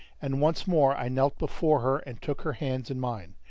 and once more i knelt before her and took her hands in mine.